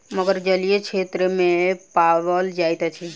मगर जलीय क्षेत्र में पाओल जाइत अछि